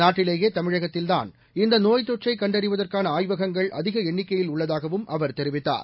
நாட்டிலேயே தமிழகத்தில்தாள் இந்த நோய் தொற்றை கண்டறிவதற்காள ஆய்வகங்கள் அதிக எண்ணிக்கையில் உள்ளதாகவும் அவர் தெரிவித்தார்